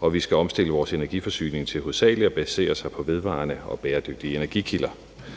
og vi skal omstille vores energiforsyning til hovedsagelig at basere sig på vedvarende og bæredygtige energikilder.